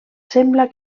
sembla